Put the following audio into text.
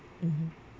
mmhmm